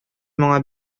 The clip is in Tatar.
моңа